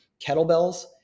kettlebells